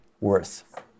worth